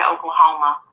Oklahoma